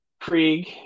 Krieg